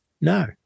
no